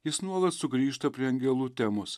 jis nuolat sugrįžta prie angelų temos